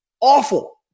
awful